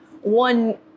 one